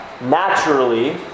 Naturally